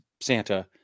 Santa